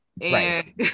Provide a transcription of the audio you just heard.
Right